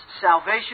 salvation